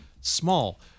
small